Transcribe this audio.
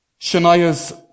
Shania's